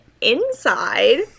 inside